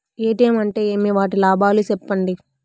ATM అంటే ఏమి? వాటి లాభాలు సెప్పండి